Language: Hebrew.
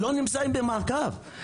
לא נמצאים במעקב.